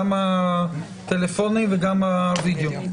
גם הטלפוני וגם הווידאו.